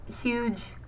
huge